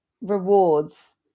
rewards